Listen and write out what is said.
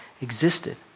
existed